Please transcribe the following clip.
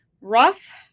Rough